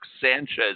Sanchez